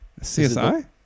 CSI